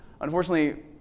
unfortunately